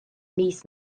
mis